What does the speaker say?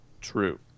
True